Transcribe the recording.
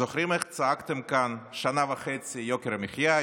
זוכרים איך צעקתם כאן שנה וחצי "יוקר המחיה",